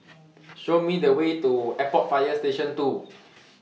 Show Me The Way to Airport Fire Station two